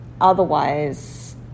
otherwise